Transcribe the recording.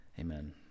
Amen